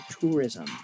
tourism